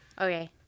okay